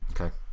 okay